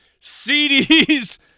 CDs